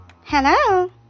Hello